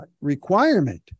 requirement